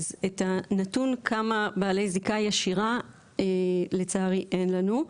אז את הנתון כמה בעלי זיקה ישירה לצערי אין לנו.